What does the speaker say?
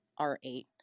R8